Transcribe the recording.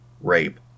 rape